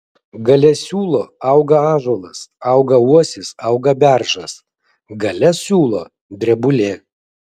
gale siūlo auga ąžuolas auga uosis auga beržas gale siūlo drebulė